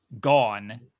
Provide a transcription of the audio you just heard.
gone